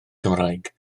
cymraeg